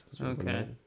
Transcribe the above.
Okay